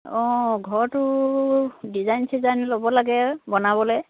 অঁ ঘৰটো ডিজাইন চিজাইন ল'ব লাগে বনাবলৈ